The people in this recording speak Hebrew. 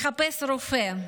מחפש רופא,